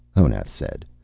honath said.